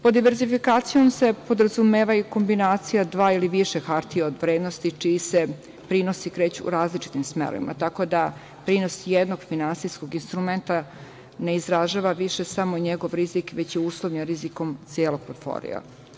Pod diverzifikacijom se podrazumeva i kombinacija dve ili više hartija od vrednosti čiji se prinosi kreću u različitim smerovima, tako da prinos jednog finansijskog instrumenta ne izražava više samo njegov rizik, već je uslovljen rizikom celog portfolija.